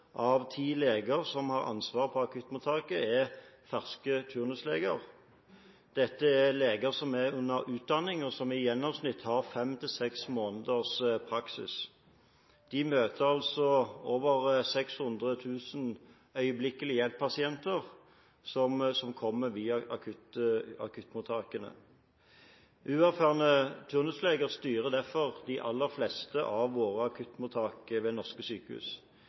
av ti leger som har ansvaret på akuttmottak, er ferske turnusleger. Dette er leger som er under utdanning, og som i gjennomsnitt har fem–seks måneders praksis. De møter altså over 600 000 øyeblikkelig hjelp-pasienter, som kommer via akuttmottakene. Uerfarne turnusleger styrer derfor de aller fleste av våre akuttmottak ved norske sykehus.